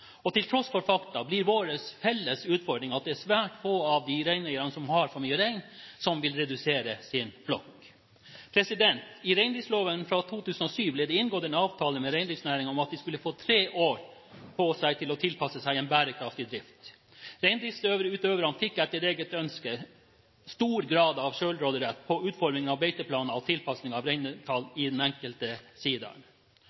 Til tross for fakta blir vår felles utfordring at det er svært få av de reineierne som har for mye rein, som vil redusere sin flokk. I reindriftsloven av 2007 ble det inngått en avtale med reindriftsnæringen om at de skulle få tre år på seg til å tilpasse seg en bærekraftig drift. Reindriftsutøverne fikk etter eget ønske en stor grad av selvråderett på utformingen av beiteplaner og tilpasning av